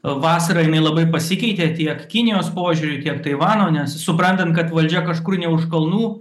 vasarą jinai labai pasikeitė tiek kinijos požiūriu tiek taivano nes suprantant kad valdžia kažkur ne už kalnų